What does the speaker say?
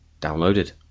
downloaded